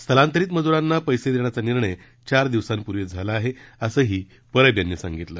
स्थलांतरित मजुरांना पैसे देण्याचा निर्णय चार दिवसांपूर्वीच झाला आहे असंही परब यांनी सांगितलं